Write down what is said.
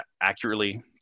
accurately